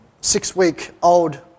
six-week-old